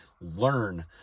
learn